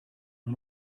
nur